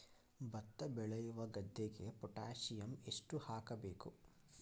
ಭತ್ತ ಬೆಳೆಯುವ ಗದ್ದೆಗೆ ಪೊಟ್ಯಾಸಿಯಂ ಎಷ್ಟು ಹಾಕಬೇಕು?